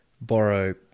borrow